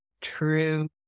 true